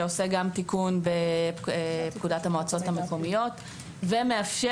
שעושה גם תיקון בפקודת המועצות המקומיות ומאפשר